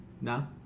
No